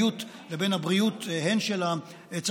אינו נוכח,